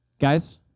Guys